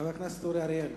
חבר הכנסת אורי אריאל.